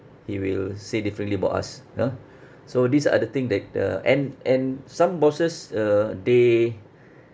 he will say differently about us ah so this are the thing that the and and some bosses uh they